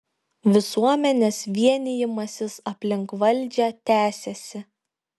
visuomenės vienijimasis aplink valdžią tęsiasi